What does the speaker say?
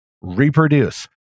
reproduce